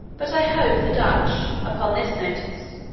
but i hope the dutch, upon this notice,